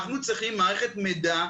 אנחנו צריכים מערכת מידע.